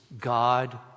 God